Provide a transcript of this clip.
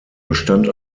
bestand